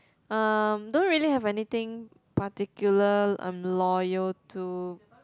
um don't really have anything particular I'm loyal to